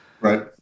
Right